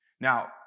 Now